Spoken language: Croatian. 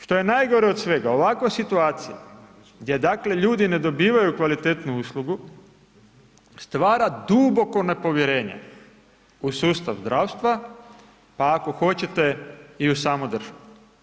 Što je najgore od svega, ovakva situacija gdje, dakle ljudi ne dobivaju kvalitetnu uslugu, stvara duboko nepovjerenje u sustav zdravstva, a ako hoćete, i u samu državu.